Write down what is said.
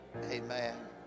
amen